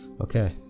Okay